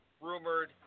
rumored